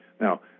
Now